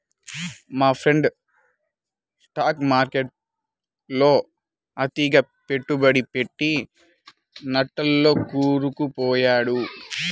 మా friend stock మార్కెట్టులో అతిగా పెట్టుబడి పెట్టి నట్టాల్లో కూరుకుపొయ్యాడు